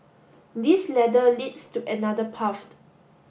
this ladder leads to another path